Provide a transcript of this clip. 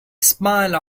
smile